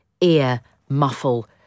ear-muffle